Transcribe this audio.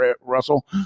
Russell